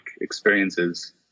experiences